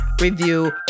review